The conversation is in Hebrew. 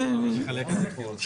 מיכל דבורצקי,